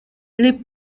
les